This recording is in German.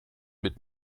mit